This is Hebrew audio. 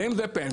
ואם זה פנסיה,